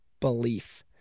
belief